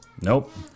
Nope